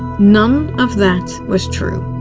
none of that was true.